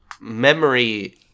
memory